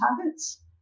targets